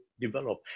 develop